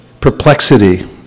perplexity